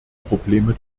probleme